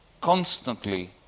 constantly